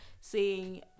seeing